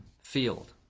field